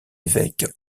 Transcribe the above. évêques